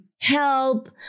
help